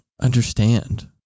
understand